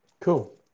Cool